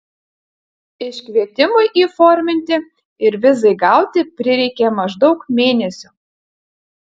iškvietimui įforminti ir vizai gauti prireikė maždaug mėnesio